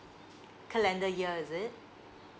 calendar year is it